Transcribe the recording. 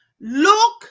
look